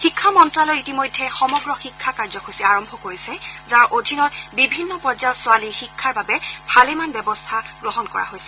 শিক্ষা মন্ত্ৰালয়ে ইতিমধ্যে সমগ্ৰ শিক্ষা কাৰ্যসূচী আৰম্ভ কৰিছে যাৰ অধীনত বিভিন্ন পৰ্যায়ত ছোৱালীৰ শিক্ষাৰ বাবে বিভিন্ন ধৰণৰ ব্যৱস্থা কৰা হৈছে